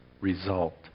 result